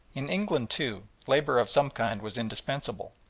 in england, too, labour of some kind was indispensable.